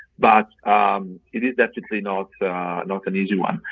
but um it is definitely not not an easy one.